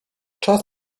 czas